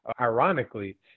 ironically